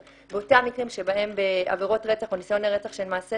שבאותם מקרים שבהם בעבירות רצח או ניסיון לרצח של מעשי